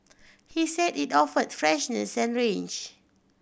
he said it offered freshness and range